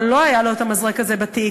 אבל לא היה לו המזרק הזה בתיק.